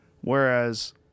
whereas